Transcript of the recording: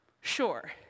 sure